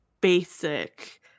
basic